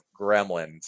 gremlins